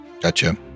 Gotcha